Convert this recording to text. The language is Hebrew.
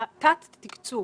התת תקצוב,